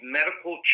medical